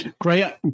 Great